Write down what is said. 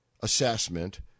assessment